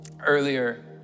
earlier